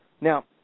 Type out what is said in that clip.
Now